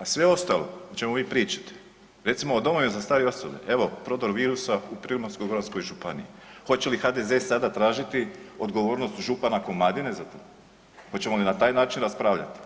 A sve ostalo o čemu vi pričate, recimo o domovima za starije osobe, evo prodor virusa u Primorsko-goranskoj županiji hoće li HDZ sada tražiti odgovornost župana Komadine za to, hoćemo li na taj način raspravljati